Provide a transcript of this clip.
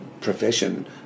profession